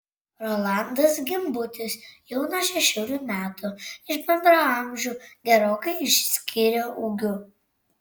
rolandas gimbutis jau nuo šešerių metų iš bendraamžių gerokai išsiskyrė ūgiu